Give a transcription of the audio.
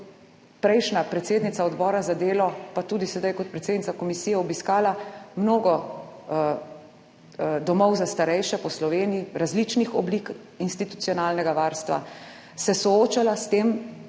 prejšnja predsednica Odbora za delo, pa tudi sedaj kot predsednica komisije obiskala mnogo domov za starejše po Sloveniji, različnih oblik institucionalnega varstva, se soočala s tem,